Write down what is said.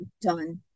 done